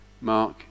Mark